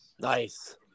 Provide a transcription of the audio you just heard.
Nice